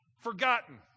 forgotten